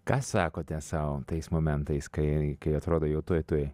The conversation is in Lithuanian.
ką sakote sau tais momentais kai kai atrodo jau tuoj tuoj